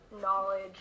knowledge